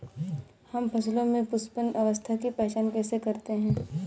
हम फसलों में पुष्पन अवस्था की पहचान कैसे करते हैं?